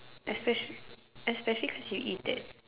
especial~ especially cause you eat it